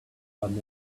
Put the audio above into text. but